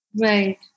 Right